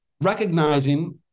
recognizing